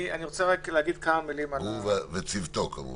הוא וצוותו, כמובן.